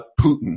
Putin